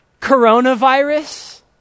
coronavirus